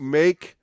make